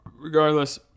regardless